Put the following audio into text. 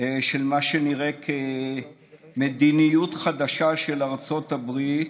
לנוכח מה שנראה כמדיניות חדשה של ארצות הברית,